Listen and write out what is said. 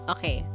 Okay